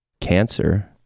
cancer